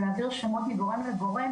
להעביר שמות מגורם לגורם.